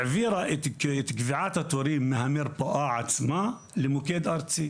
העבירה את קביעת התורים מהמרפאה עצמה למוקד ארצי,